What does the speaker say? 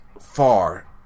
far